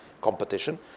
competition